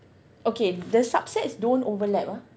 okay the subsets don't overlap ah